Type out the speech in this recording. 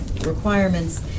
requirements